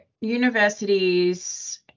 universities